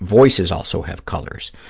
voices also have colors.